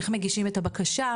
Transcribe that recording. איך מגישים את הבקשה,